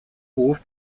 hof